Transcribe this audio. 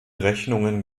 rechnungen